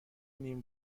نیم